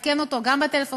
עדכן אותו גם בטלפון,